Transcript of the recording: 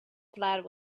flat